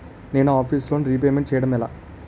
నేను నా office loan repayment చేయడం ఎలా?